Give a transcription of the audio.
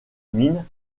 mines